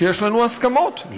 שיש לנו בהם הסכמות.